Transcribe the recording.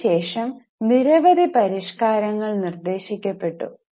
ഇതിനുശേഷം നിരവധി പരിഷ്കാരങ്ങൾ നിർദ്ദേശിക്കപ്പെട്ടു